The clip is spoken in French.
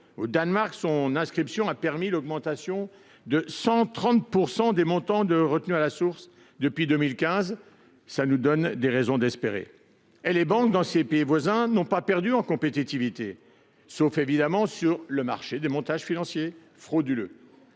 Au Danemark, son inscription a permis l’augmentation de 130 % des montants de retenue à la source depuis 2015 ; cela nous donne des raisons d’espérer. Et, dans ces pays, les banques n’ont pas perdu en compétitivité, sauf, évidemment, sur le marché des montages financiers frauduleux.